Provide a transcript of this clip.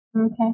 Okay